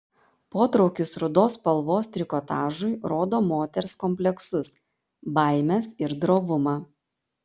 potraukis rudos spalvos trikotažui rodo moters kompleksus baimes ir drovumą